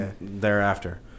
thereafter